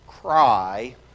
cry